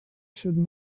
should